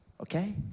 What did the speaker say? okay